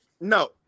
No